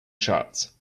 charts